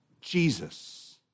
Jesus